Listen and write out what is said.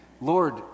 Lord